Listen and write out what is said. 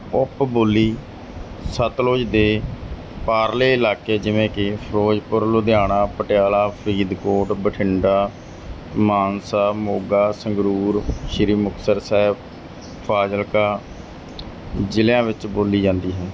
ਉਪ ਬੋਲੀ ਸਤਲੁਜ ਦੇ ਪਾਰਲੇ ਇਲਾਕੇ ਜਿਵੇਂ ਕਿ ਫਿਰੋਜ਼ਪੁਰ ਲੁਧਿਆਣਾ ਪਟਿਆਲਾ ਫਰੀਦਕੋਟ ਬਠਿੰਡਾ ਮਾਨਸਾ ਮੋਗਾ ਸੰਗਰੂਰ ਸ਼੍ਰੀ ਮੁਕਤਸਰ ਸਾਹਿਬ ਫਾਜ਼ਿਲਕਾ ਜ਼ਿਲ੍ਹਿਆਂ ਵਿੱਚ ਬੋਲੀ ਜਾਂਦੀ ਹੈ